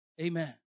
amen